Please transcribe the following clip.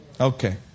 Okay